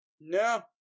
No